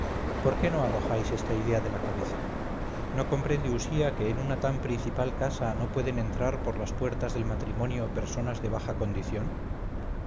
por qué no arrojáis esta idea de la cabeza no comprende usía que en una tan principal casa no pueden entrar por las puertas del matrimonio personas de